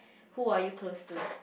who are you close to